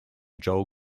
joel